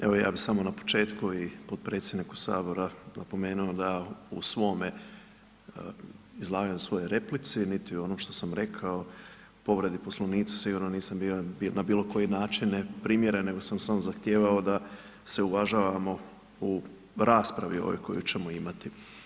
Evo ja bi samo na početku i potpredsjedniku sabora napomenu da u svome izlaganju, u svojoj replici niti ono što sam rekao povredi Poslovnika sigurno nisam bio na bilo koji način neprimjeren nego sam samo zahtijevao da se uvažavamo u raspravi ovoj koju ćemo imati.